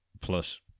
plus